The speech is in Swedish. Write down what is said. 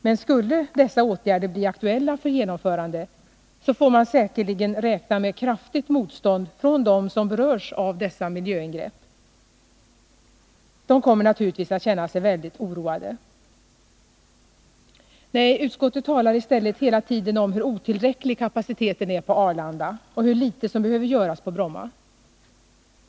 Men skulle dessa åtgärder bli aktuella för genomförande får man säkerligen räkna med kraftigt motstånd från dem som berörs av dessa miljöingrepp. De kommer naturligtvis att känna sig mycket oroade. Nej, utskottet talar i stället hela tiden om hur otillräcklig kapaciteten är på Arlanda och hur litet som behöver göras på Bromma.